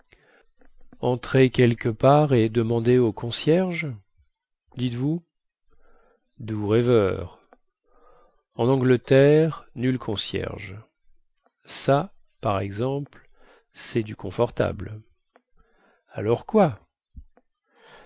entrer quelque part et demander au concierge dites-vous doux rêveurs en angleterre nul concierge ça par exemple cest du confortable alors quoi